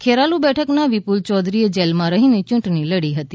ખેરાલુ બેઠકના વિપુલ યૌધરીએ જેલમાં રહીને યૂંટણી લડી હતી